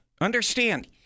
Understand